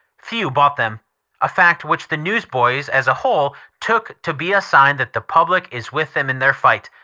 few bought them a fact which the newsboys as a whole took to be a sign that the public is with them in their fight.